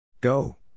Go